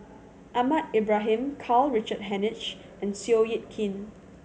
Ahmad Ibrahim Karl Richard Hanitsch and Seow Yit Kin